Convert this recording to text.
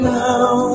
now